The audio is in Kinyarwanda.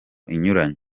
inyuranye